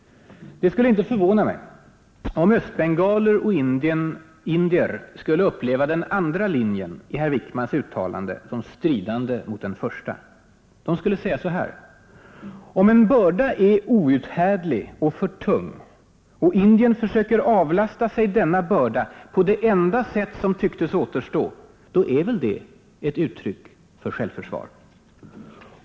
Det skulle inte förvåna mig om östbengaler och indier upplevde den andra linjen i herr Wickmans uttalande som stridande mot den första. De skulle säga så här: Om en börda är ”outhärdlig” och ”för tung” och Indien försöker avlasta sig denna börda på det enda sätt som tycks återstå, då är det väl ett uttryck för ”självförsvar”.